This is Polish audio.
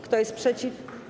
Kto jest przeciw?